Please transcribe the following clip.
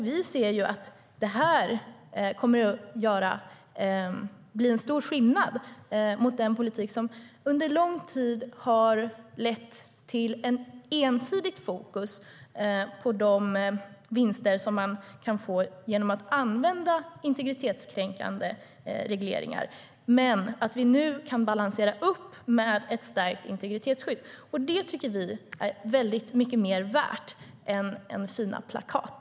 Vi ser att det kommer att göra stor skillnad jämfört med den politik som under lång tid har lett till ett ensidigt fokus på de vinster som man kan få genom att använda integritetskränkande regleringar. Nu kan vi balansera det med ett stärkt integritetsskydd, och det tycker vi är väldigt mycket mer värt än fina plakat.